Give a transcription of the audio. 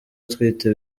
utwite